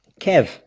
Kev